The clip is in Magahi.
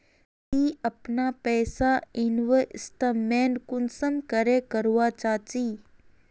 ती अपना पैसा इन्वेस्टमेंट कुंसम करे करवा चाँ चची?